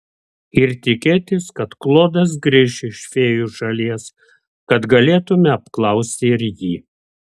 ir tikėtis kad klodas grįš iš fėjų šalies kad galėtumėme apklausti ir jį